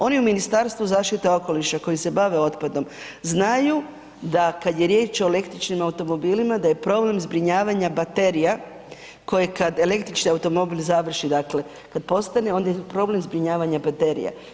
Oni u Ministarstva zaštite okoliša koji se bave otpadom znaju da kad je riješ o električnim automobilima da je problem zbrinjavanja baterija koje kad električni automobil završi dakle kad postane, onda je problem zbrinjavanja baterija.